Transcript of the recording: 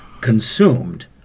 consumed